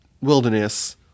wilderness